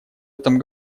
этом